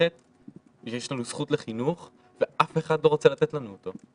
במערכת ויש לנו זכות לחינוך ואף אחד לא רוצה לתת לנו אותו.